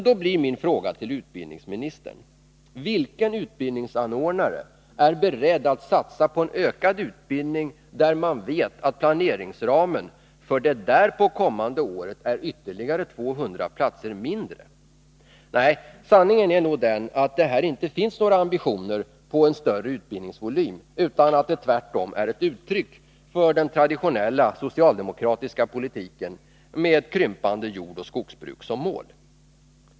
Då blir min fråga till utbildningsministern: Vilken utbildningsanordnare är beredd att satsa på en ökad utbildning när man vet att planeringsramen för det därpå kommande året är ytterligare 200 platser mindre? Nej, sanningen är nog den att det här inte finns några ambitioner för en större utbildningsvolym. Detta är nog tvärtom ett uttryck för den traditionella socialdemokratiska politiken med ett krympande jordoch skogsbruk som mål.